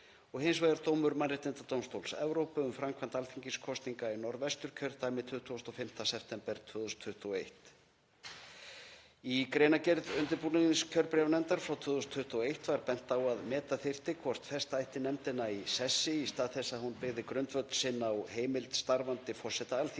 hins vegar dómur Mannréttindadómstóls Evrópu um framkvæmd alþingiskosninga í Norðvesturkjördæmi 25. september 2021. Í greinargerð undirbúningskjörbréfanefndar frá 2021 var bent á að meta þyrfti hvort festa ætti nefndina í sessi í stað þess að hún byggði grundvöll sinn á heimild starfandi forseta Alþingis.